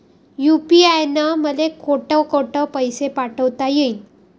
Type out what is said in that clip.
UPI न मले कोठ कोठ पैसे पाठवता येईन?